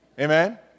Amen